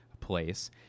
place